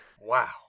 Wow